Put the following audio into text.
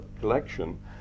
collection